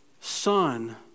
son